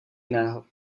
jiného